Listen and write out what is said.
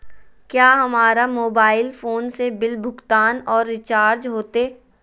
क्या हमारा mobile phone से बिल भुगतान और रिचार्ज होते?